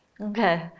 Okay